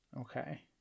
Okay